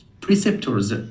preceptors